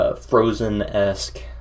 Frozen-esque